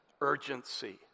urgency